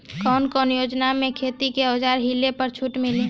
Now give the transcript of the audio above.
कवन कवन योजना मै खेती के औजार लिहले पर छुट मिली?